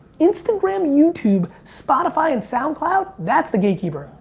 instagram, youtube, spotify, and soundcloud that's the gatekeeper.